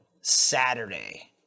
Saturday